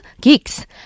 Geeks